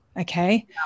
okay